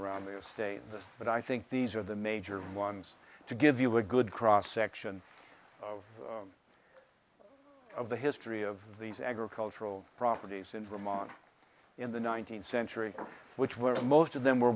around the estate but i think these are the major ones to give you a good cross section of of the history of these agricultural properties in vermont in the nineteenth century which were most of them were